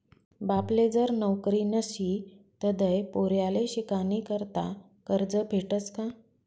बापले जर नवकरी नशी तधय पोर्याले शिकानीकरता करजं भेटस का?